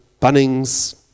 Bunnings